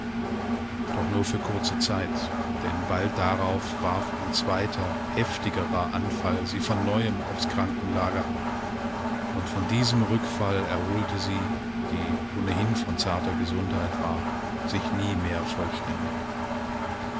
doch nur für kurze zeit denn bald warf ein zweiter heftigerer anfall sie von neuem aufs krankenlager und von diesem rückfall erholte sie die ohnedies von zarter gesundheit war sich nie mehr vollständig